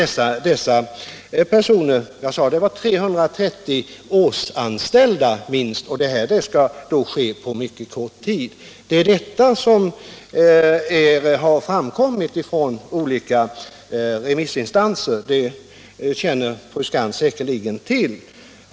Som jag sade krävs det ju 330 årsanställda, och arbetet skulle därtill ske på mycket begränsad tid. Detta har framkommit från olika remissinstanser, och det känner fru Skantz säkerligen till.